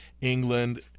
England